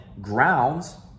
grounds